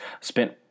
Spent